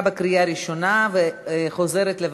(יושב-ראש הוועדה המשותפת לתקציב הביטחון),